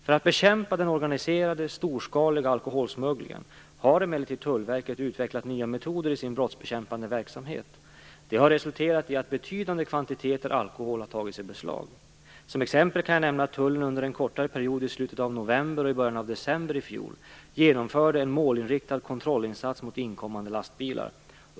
För att bekämpa den organiserade, storskaliga alkoholsmugglingen har emellertid Tullverket utvecklat nya metoder i sin brottsbekämpande verksamhet. Detta har resulterat i att betydande kvantiteter alkohol har tagits i beslag. Som exempel kan jag nämna att tullen under en kortare period i slutet av november och i början av december i fjol genomförde en målinriktad kontrollinsats mot inkommande lastbilar.